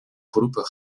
beroepen